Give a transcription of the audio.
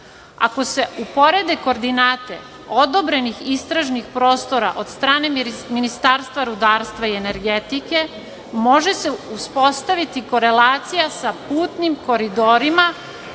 se uporede koordinate odobrenih istražnih prostora od strane Ministarstva rudarstva i energetike, može se uspostaviti korelacija sa putnim koridorima